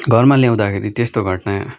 घरमा ल्याउँदाखेरि त्यस्तो घटना